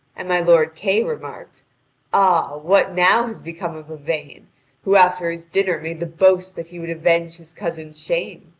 and my lord kay remarked ah, what now has become of yvain, who after his dinner made the boast that he would avenge his cousin's shame?